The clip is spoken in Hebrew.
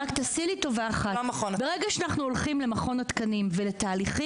רק תעשי לי טובה אחת ברגע שאנחנו הולכים למכון התקנים ולתהליכים,